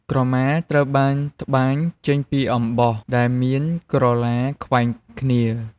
ក្រមាត្រូវបានត្បាញចេញពីអំបោះ ដែលមានក្រឡាខ្វែងគ្នា។